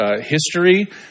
history